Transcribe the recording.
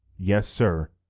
yes, sir,